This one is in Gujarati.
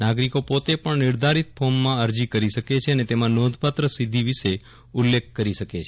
નાગરિકો પોતે પણ નિર્ધારિત ફોર્મમાં અરજી કરી શકે છે અને તેમાં નોંધપાત્ર સિદ્ધિ વિશે ઉલ્લેખ કરી શકે છે